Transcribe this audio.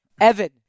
Evan